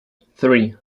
three